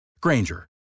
Granger